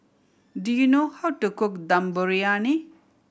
do you know how to cook Dum Briyani